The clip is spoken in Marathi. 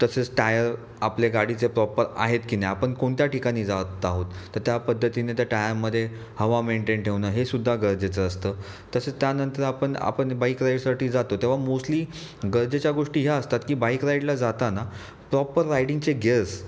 तसेच टायर आपले गाडीचे प्रॉपर आहेत की नाही आपण कोणत्या ठिकाणी जात आहोत तर त्या पद्धतीने त्या टायरमध्ये हवा मेंटेन ठेवणं हे सुद्धा गरजेचं असतं तसं त्यानंतर आपण आपण बाइक राइडसाठी जातो तेव्हां मोस्टली गरजेच्या गोष्टी ह्या असतात की बाइक राइडला जाताना प्रॉपर राइडिंगचे गेअर्स